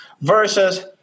versus